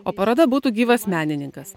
o paroda būtų gyvas menininkas